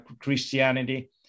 Christianity